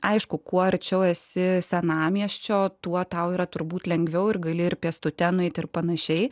aišku kuo arčiau esi senamiesčio tuo tau yra turbūt lengviau ir gali ir pėstute nueiti ir pan